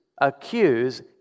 accuse